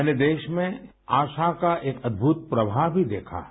मैंने देश में आशा का एक अद्युत प्रवाह भी देखा है